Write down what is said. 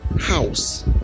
house